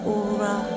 aura